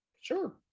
Sure